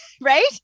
right